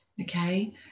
Okay